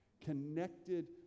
Connected